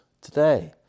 today